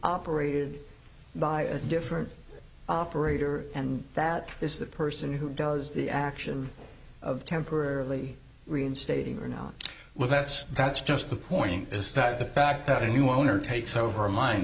operated by a different operator and that is the person who does the action of temporarily reinstating or not well that's that's just the point is that the fact that a new owner takes over a min